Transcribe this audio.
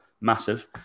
massive